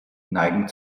neigen